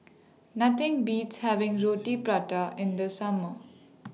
Nothing Beats having Roti Prata in The Summer